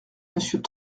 monsieur